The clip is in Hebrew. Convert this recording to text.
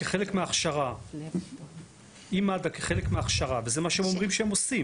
כחלק מההכשרה וזה מה שהם אומרים שהם עושים